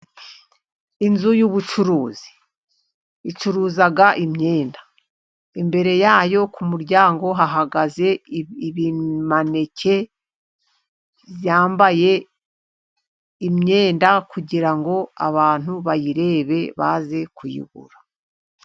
Inzu y'ubucuruzi icuruza imyenda, imbere yayo ku muryango hahagaze maneke, yambaye imyenda kugira ngo abantu bayirebe baze kuyigura.